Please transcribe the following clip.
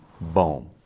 boom